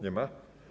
Nie ma?